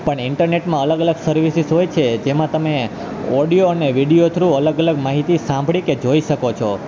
પણ ઈન્ટરનેટમાં અલગ અલગ સર્વિસીસ હોય છે જેમાં તમે ઓડિયો અને વિડીયો થ્રુ અલગ અલગ માહિતી સાંભળી કે જોઈ શકો છો